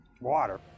water